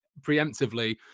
preemptively